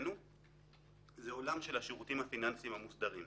אחריותנו זה עולם של השירותים הפיננסים המוסדרים.